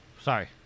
sorry